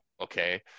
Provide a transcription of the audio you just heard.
Okay